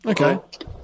okay